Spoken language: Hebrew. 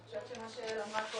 אני חושבת שמה שעלה פה